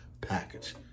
package